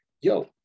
yo